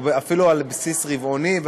אפילו על בסיס רבעוני.